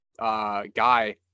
guy